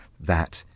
that,